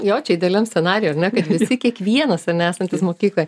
jo čia idealiam scenarijui ar ne kad visi kiekvienas ar ne esantis mokykloj